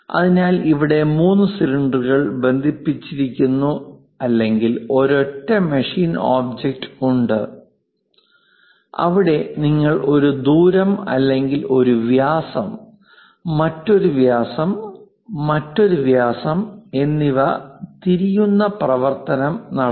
അതിനാൽ ഇവിടെ മൂന്ന് സിലിണ്ടറുകൾ ബന്ധിപ്പിച്ചിരിക്കുന്നു അല്ലെങ്കിൽ ഒരൊറ്റ മെഷീൻ ഒബ്ജക്റ്റ് ഉണ്ട് അവിടെ നിങ്ങൾ ഒരു ദൂരം അല്ലെങ്കിൽ ഒരു വ്യാസം മറ്റൊരു വ്യാസം മറ്റൊരു വ്യാസം എന്നിവ തിരിയുന്ന പ്രവർത്തനം നടത്തി